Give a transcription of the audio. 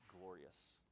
glorious